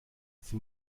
sie